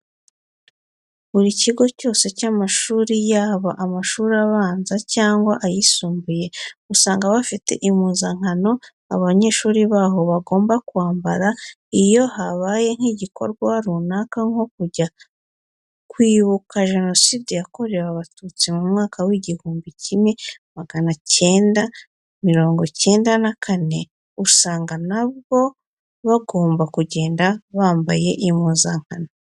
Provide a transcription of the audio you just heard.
Buri kigo cyose cy'amashuri yaba mu mashuri abanza cyangwa ayisumbuye usanga bafite impuzankano abanyeshuri baho bagomba kwambara. Iyo habaye nk'igikorwa runaka nko kujya Kwibuka Jenoside Yakorerwe Abatutsi mu mwaka w'igihumbi kimwe magana icyenda mirongo icyenda na kane usanga na bwo bagomba kugenda bambaye impuzankano.